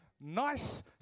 nice